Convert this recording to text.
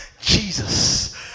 Jesus